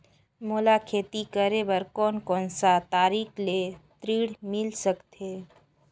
मोला खेती करे बर कोन कोन सा तरीका ले ऋण मिल सकथे?